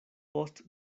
post